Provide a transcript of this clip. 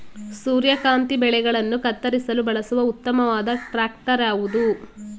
ಸೂರ್ಯಕಾಂತಿ ಬೆಳೆಗಳನ್ನು ಕತ್ತರಿಸಲು ಬಳಸುವ ಉತ್ತಮವಾದ ಟ್ರಾಕ್ಟರ್ ಯಾವುದು?